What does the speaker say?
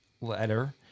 letter